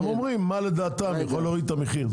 הם אומרים מה לדעתם יכול להוריד את המחיר,